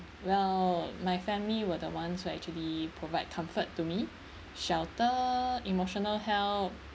well my family were the ones who actually provide comfort to me shelter emotional help